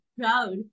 proud